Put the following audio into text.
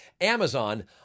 Amazon